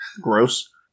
Gross